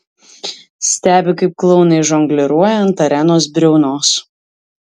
stebi kaip klounai žongliruoja ant arenos briaunos